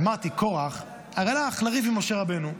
אמרתי: קרח הרי הלך לריב עם משה רבנו,